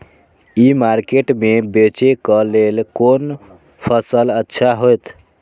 ई market में बेचेक लेल कोन फसल अच्छा होयत?